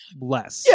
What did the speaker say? less